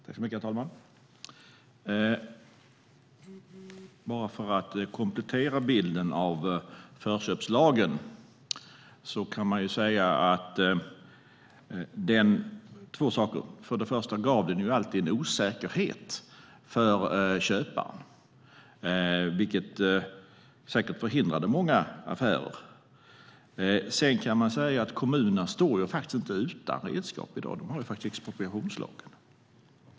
Herr talman! För att komplettera bilden av förköpslagen kan jag säga att den alltid innebar en osäkerhet för köparen, vilket säkert förhindrade många affärer. Kommunerna står inte utan redskap i dag. De har ju expropriationslagen.